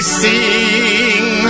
sing